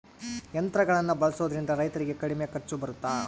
ಯಂತ್ರಗಳನ್ನ ಬಳಸೊದ್ರಿಂದ ರೈತರಿಗೆ ಕಡಿಮೆ ಖರ್ಚು ಬರುತ್ತಾ?